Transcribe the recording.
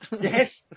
Yes